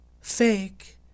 fake